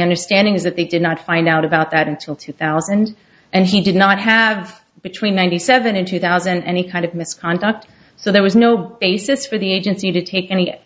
understanding is that they did not find out about that until two thousand and he did not have between ninety seven and two thousand any kind of misconduct so there was no basis for the agency to take any